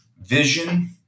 Vision